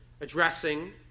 addressing